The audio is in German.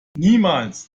niemals